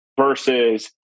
versus